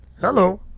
Hello